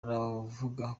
aravuga